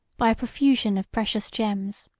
by a profusion of precious gems.